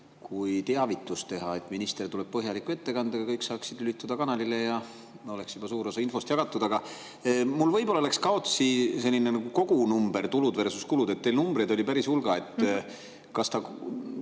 kui teavitus teha, et minister tuleb põhjaliku ettekandega, kõik saaksid lülituda kanalile ja oleks juba suur osa infost jagatud. Aga mul läks kaotsi senine kogunumber tuludversuskulud. Teil numbreid oli päris suur hulk.